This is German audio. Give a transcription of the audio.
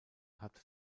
hat